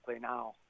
now